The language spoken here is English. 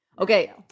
Okay